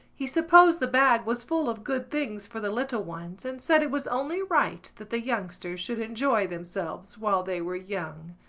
he supposed the bag was full of good things for the little ones and said it was only right that the youngsters should enjoy themselves while they were young.